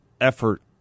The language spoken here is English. effort